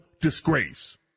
disgrace